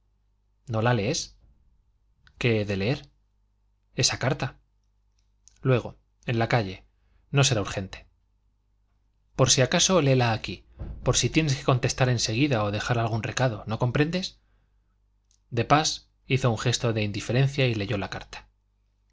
no la lees qué he de leer esa carta luego en la calle no será urgente por si acaso léela aquí por si tienes que contestar en seguida o dejar algún recado no comprendes de pas hizo un gesto de indiferencia y leyó la carta